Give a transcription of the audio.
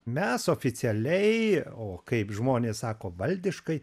mes oficialiai o kaip žmonės sako valdiškai